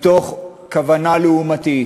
מתוך כוונה לעומתית.